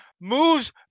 moves